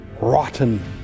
rotten